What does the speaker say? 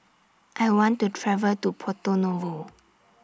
I want to travel to Porto Novo